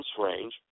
range